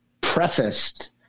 prefaced